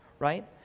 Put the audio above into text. right